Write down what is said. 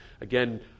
Again